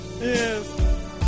Yes